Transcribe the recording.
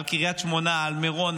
על קריית שמונה, על מירון,